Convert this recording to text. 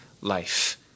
life